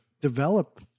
develop